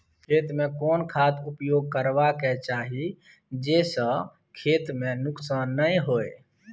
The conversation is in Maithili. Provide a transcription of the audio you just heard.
खेत में कोन खाद उपयोग करबा के चाही जे स खेत में नुकसान नैय होय?